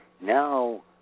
now